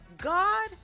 God